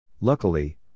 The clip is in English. Luckily